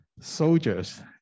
soldiers